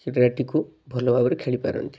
କ୍ରିଡ଼ା ଟିକୁ ଭଲ ଭାବରେ ଖେଳିପାରନ୍ତି